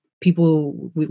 people